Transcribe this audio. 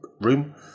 room